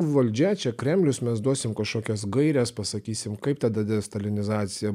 valdžia čia kremlius mes duosim kašokias gaires pasakysim kaip tada destalinizacija